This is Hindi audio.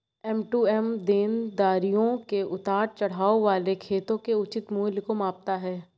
एम.टू.एम देनदारियों में उतार चढ़ाव वाले खातों के उचित मूल्य को मापता है